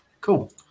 Cool